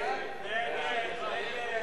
מי נמנע?